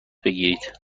بگیرید